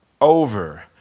over